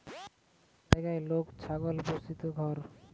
সব জাগায় লোক ছাগল পুস্তিছে ঘর